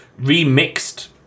remixed